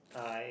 I